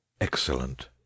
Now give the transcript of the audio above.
Excellent